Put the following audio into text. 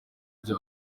ibyo